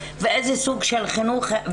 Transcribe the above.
ואתה מבין שזה שווה ערך לחדר הלם,